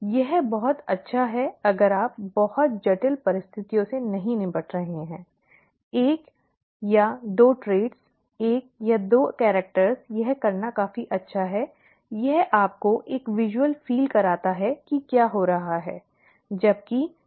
यह बहुत अच्छा है अगर आप बहुत जटिल परिस्थितियों से नहीं निपट रहे हैं एक या दो ट्रेट एक या दो कैरिक्टर यह करना काफी अच्छा है यह आपको एक दृश्य महसूस कराता है कि क्या हो रहा है ठीक है